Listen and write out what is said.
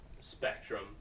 spectrum